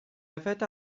yfed